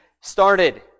started